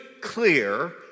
clear